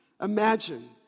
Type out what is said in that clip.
Imagine